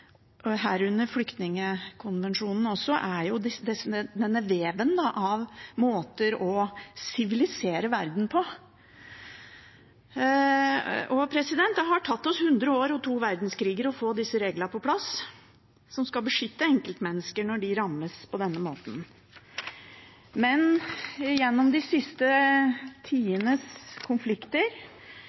og flyktningkonvensjonen er jo en del av veven av måter å sivilisere verden på. Det har tatt oss 100 år og to verdenskriger å få på plass disse reglene som skal beskytte enkeltmennesker når de rammes på denne måten. Men gjennom de siste tidenes konflikter,